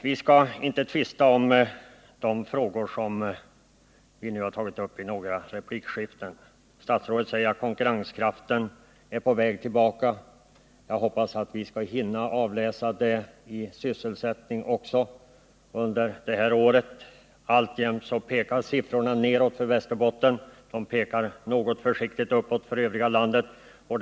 Vi skall inte tvista om de frågor som vi nu tagit upp i några replikskiften. Statsrådet säger att konkurrenskraften börjar komma tillbaka. Jag hoppas att vi skall kunna utläsa det i sysselsättning under det här året. Alltjämt pekar siffrorna neråt för Västerbotten, medan de något försiktigt pekar uppåt för landet i övrigt.